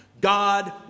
God